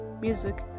Music